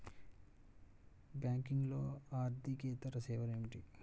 బ్యాంకింగ్లో అర్దికేతర సేవలు ఏమిటీ?